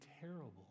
terrible